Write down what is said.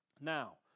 Now